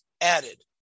added